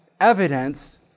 evidence